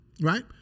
right